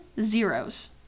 zeros